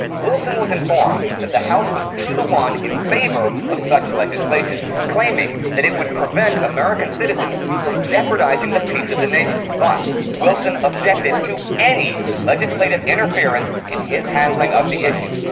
wilson was informed that the house was two to one in favor of such legislation, claiming that it would prevent american citizens from jeopardizing the peace of the nation, but wilson objected to any legislative interference in his handling of the issue,